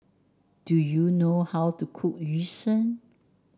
do you know how to cook Yu Sheng